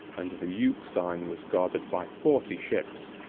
and the euxine was guarded by forty ships,